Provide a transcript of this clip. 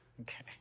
okay